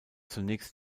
zunächst